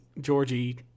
Georgie